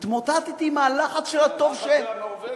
התמוטטתי מהלחץ של הטוב מהלחץ של הנורבגים.